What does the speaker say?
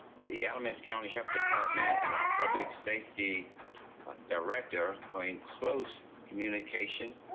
the alamance county health department and our public safety director are in close communication.